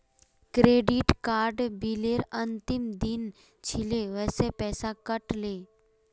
credit card बिलेर अंतिम दिन छिले वसे पैसा कट ले